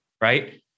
right